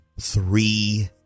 three